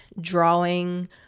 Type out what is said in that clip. drawing